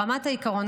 ברמת העיקרון,